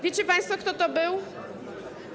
Wiecie państwo, kto to był?